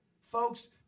Folks